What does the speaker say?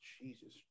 Jesus